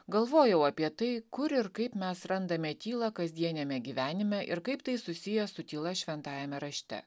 galvojau apie tai kur ir kaip mes randame tylą kasdieniame gyvenime ir kaip tai susiję su tyla šventajame rašte